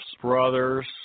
brothers